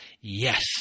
Yes